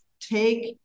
take